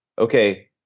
okay